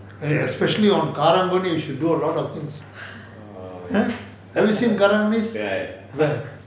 especially on karang guni you should go a lot of things have seen karang gunis